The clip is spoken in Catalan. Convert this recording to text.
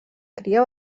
cria